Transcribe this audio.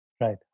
Right